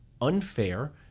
unfair